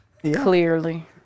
Clearly